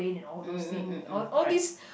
mm mm mm mm right